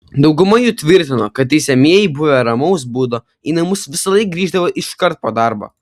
dauguma jų tvirtino kad teisiamieji buvę ramaus būdo į namus visąlaik grįždavo iškart po darbo